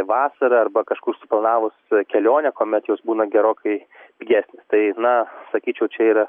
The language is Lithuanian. vasarą arba kažkur suplanavus kelionę kuomet jos būna gerokai pigesnės tai na sakyčiau čia yra